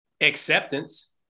acceptance